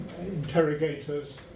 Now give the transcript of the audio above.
interrogators